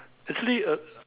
actually uh